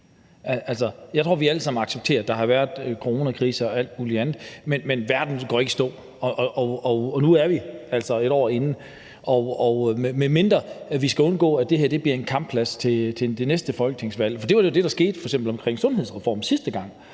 Jeg tror, at vi allesammen accepterer, at der har været coronakrise og alt mulig andet, men verden går ikke i stå, og nu er vi altså et år inde i det. Vi skal undgå, at det her bliver en kampplads til det næste folketingsvalg. For det var jo det, der skete, f.eks. omkring sundhedsreformen sidste gang,